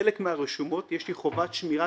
"תחילה 5. תחילתן של תקנות אלה 90 ימים מיום פרסומן.